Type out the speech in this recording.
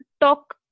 talk